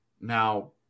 Now